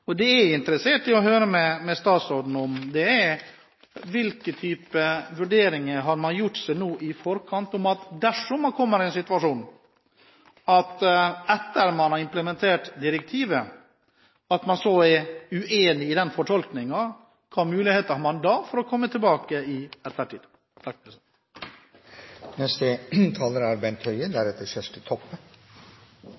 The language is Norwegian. Det jeg er interessert i å høre fra statsråden, er hvilke vurderinger man har gjort seg i forkant dersom man, etter å ha implementert direktivet, kommer i en situasjon der man er uenig i fortolkningen, og hvilke muligheter man da har for komme tilbake i ettertid. Jeg takker interpellanten for å ha tatt opp et viktig tema. Det norske forbudet mot alkoholreklame er